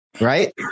Right